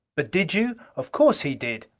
but did you? of course he did,